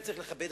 הוא מבטא את